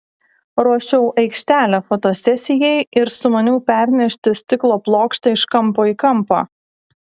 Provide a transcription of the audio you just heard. ruošiau aikštelę fotosesijai ir sumaniau pernešti stiklo plokštę iš kampo į kampą